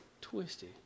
Twisty